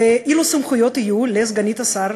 אילו סמכויות יהיו לסגנית השר